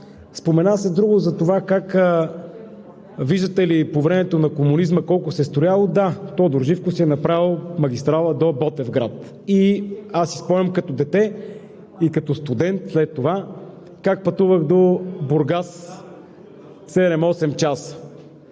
Споменът за това как, виждате ли, по времето на комунизма колко се строяло. Да, Тодор Живков е направил магистрала до Ботевград. И аз си спомням като дете и като студент след това как пътувах до Бургас 7 – 8 часа.